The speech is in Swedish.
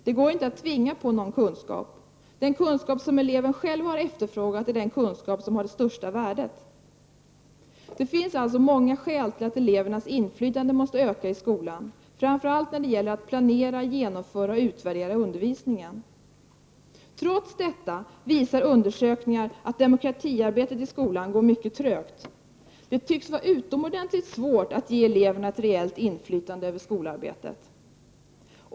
Det går inte att tvinga på någon kunskap. Den kunskap som eleven själv har efterfrågat är den kunskap som har det största värdet. Det finns alltså många skäl till att elevernas inflytande måste öka i skolan, framför allt när det gäller att planera, genomföra och utvärdera undervisningen. Trots detta visar undersökningar att demokratiarbetet i skolan går mycket trögt. Det tycks vara utomordentligt svårt att ge eleverna ett reellt inflytande över skolarbetet.